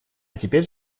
теперь